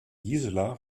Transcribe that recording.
gisela